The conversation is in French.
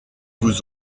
vous